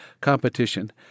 Competition